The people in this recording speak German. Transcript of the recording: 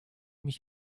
mich